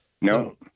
No